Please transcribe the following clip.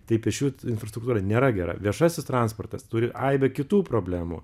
tai pėsčiųjų infrastruktūra nėra gera viešasis transportas turi aibę kitų problemų